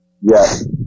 Yes